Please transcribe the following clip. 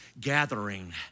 gathering